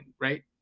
Right